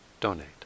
donate